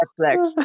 Netflix